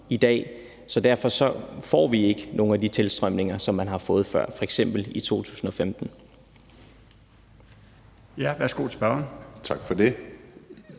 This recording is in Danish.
i dag, så derfor får vi ikke de tilstrømninger, som man har fået før, f.eks. i 2015.